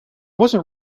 wasn’t